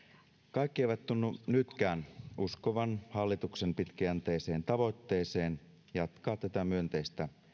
kaikki eivät tunnu nytkään uskovan hallituksen pitkäjänteiseen tavoitteeseen jatkaa tätä myönteistä